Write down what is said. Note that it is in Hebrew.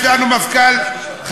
עכשיו יש לנו מפכ"ל חדש,